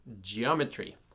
geometry